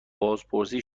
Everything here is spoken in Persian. بازپرسی